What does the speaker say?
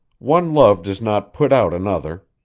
one love does not put out another.